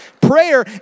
Prayer